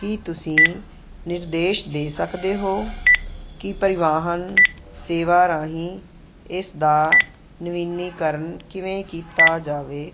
ਕੀ ਤੁਸੀਂ ਨਿਰਦੇਸ਼ ਦੇ ਸਕਦੇ ਹੋ ਕਿ ਪਰਿਵਾਹਨ ਸੇਵਾ ਰਾਹੀਂ ਇਸ ਦਾ ਨਵੀਨੀਕਰਨ ਕਿਵੇਂ ਕੀਤਾ ਜਾਵੇ